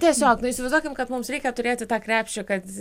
tiesiog įsivaizduokim kad mums reikia turėti tą krepšį kad